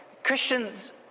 Christians